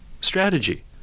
strategy